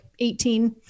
18